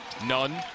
None